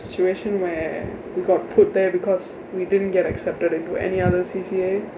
situation where we got put there because we didn't get accepted into any other C_C_A